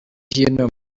hino